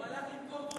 הוא הלך למכור דובדבנים.